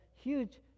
huge